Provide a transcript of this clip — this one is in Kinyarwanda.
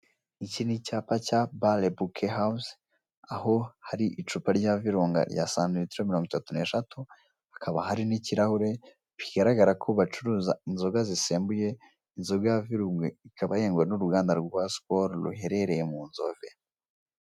Iki ni icyaba cya barebuke hawuze aho hari icupa rya virunga rya santimtero mirongo itatu n'eshatu, hakaba hari n'ikirahure bigaragara ko bacuruza inzoga zisembuye . Inzoga ya virunga ikaba yengwa n'uruganda rwa sikolo ruherereye mu nzove.